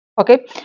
okay